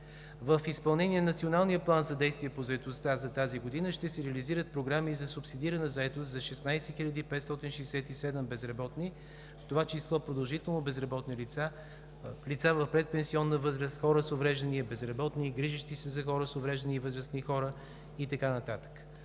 В изпълнение на Националния план за действие по заетостта за тази година ще се реализират програми за субсидирана заетост за 16 567 безработни, в това число: продължително безработни лица, лица в предпенсионна възраст, хора с увреждания, безработни, грижещи се за хора с увреждания и възрастни хора и така